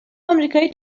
امریکایی